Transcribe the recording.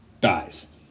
dies